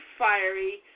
fiery